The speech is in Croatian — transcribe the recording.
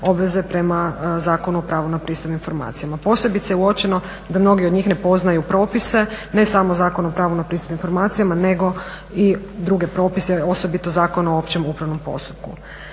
obveze prema Zakonu o pravu na pristup informacijama. Posebice je uočeno da mnogi od njih ne poznaju propise, ne samo Zakon o pravu na pristup informacijama nego i druge propise, osobito Zakon o općem upravnom postupku.